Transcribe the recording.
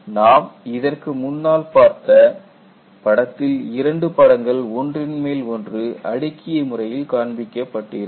நாம் இதற்கு முன்னால் பார்த்த படத்தில் இரண்டு படங்கள் ஒன்றின்மேல் ஒன்று அடுக்கிய முறையில் காண்பிக்கப்பட்டு இருக்கும்